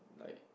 like